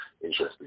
interesting